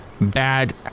bad